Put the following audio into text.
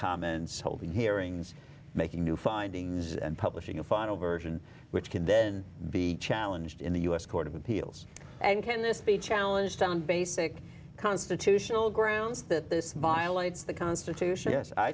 holding hearings making new findings and publishing a final version which can then be challenged in the u s court of appeals and and this be challenged on basic constitutional grounds that this violates the constitution yes i